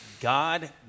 God